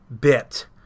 bit